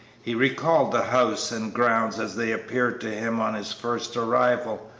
he recalled the house and grounds as they appeared to him on his first arrival,